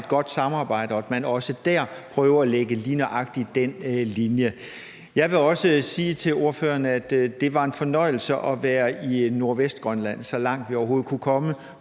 et godt samarbejde, og at man også der prøver at lægge lige nøjagtig den linje. Jeg vil også sige til ordføreren, at det var en fornøjelse at være i Nordvestgrønland – så langt, vi overhovedet kunne komme